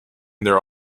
their